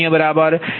u સમાન છે